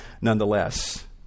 nonetheless